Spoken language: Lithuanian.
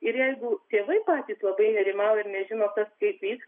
ir jeigu tėvai patys labai nerimauja ir nežino kas kaip vyks